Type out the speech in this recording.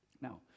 now